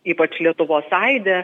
ypač lietuvos aide